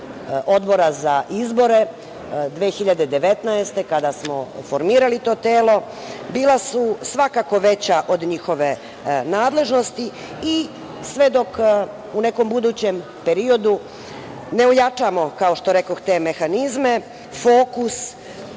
odbora za izbore 2019. godine, kada smo formirali to telo bila su svakako veća od njihove nadležnosti. Sve dok u nekom budućem periodu ne ojačamo, kao što rekoh, te mehanizme fokus